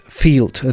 field